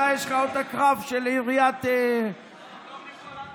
אתה, יש לך עוד את הקרב של עיריית, טוב לי פה.